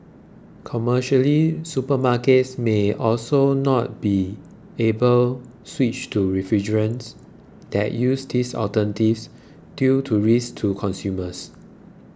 commercially supermarkets may also not be able switch to refrigerants that use these alternatives due to risks to consumers